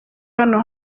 hano